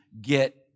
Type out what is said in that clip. get